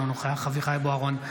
אינו נוכח אביחי אברהם בוארון,